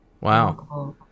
Wow